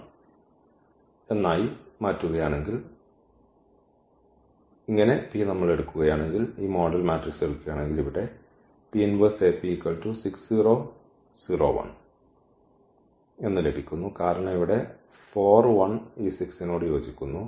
നമ്മൾ മാറുകയാണെങ്കിൽ ഈ P എടുക്കുകയാണെങ്കിൽ ഈ മോഡൽ മാട്രിക്സ് എടുക്കുകയാണെങ്കിൽ ഇവിടെ കാരണം ഇവിടെ 4 1 ഈ 6 നോട് യോജിക്കുന്നു